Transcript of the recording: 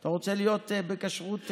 אתה רוצה להיות בכשרות חרדית?